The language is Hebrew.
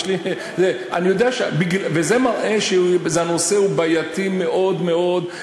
זה מראה שהנושא הוא בעייתי מאוד מאוד,